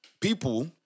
people